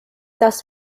das